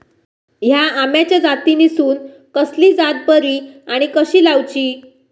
हया आम्याच्या जातीनिसून कसली जात बरी आनी कशी लाऊची?